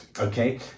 okay